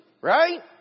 right